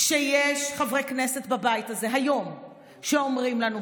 שיש חברי כנסת בבית הזה היום שאומרים לנו,